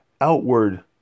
outward